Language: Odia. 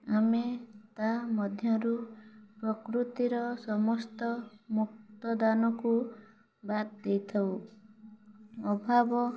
ଆମେ ତା ମଧ୍ୟରୁ ପ୍ରକୃତିର ସମସ୍ତ ମୁକ୍ତଦାନକୁ ବାଦ ଦେଇଥାଉ ଅଭାବ